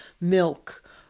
milk